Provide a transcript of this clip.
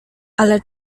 ale